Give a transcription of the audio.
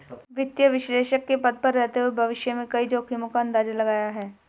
वित्तीय विश्लेषक के पद पर रहते हुए भविष्य में कई जोखिमो का अंदाज़ा लगाया है